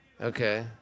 Okay